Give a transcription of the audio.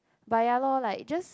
but ya lor like just